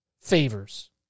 favors